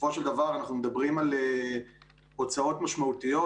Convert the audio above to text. אנחנו מדברים על הוצאות משמעותיות,